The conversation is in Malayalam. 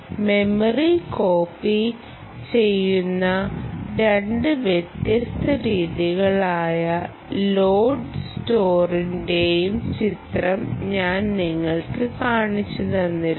മെമ്മറി കോപ്പി ചെയ്യുന്ന രണ്ട് വ്യത്യസ്ത രീതികളായ ലോഡ് സ്റ്റോറിന്റെ ചിത്രം ഞാൻ നിങ്ങൾക്ക് കാണിച്ചുതന്നിരുന്നു